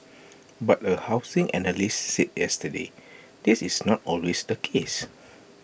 but A housing analyst said yesterday this is not always the case